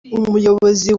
umuyobozi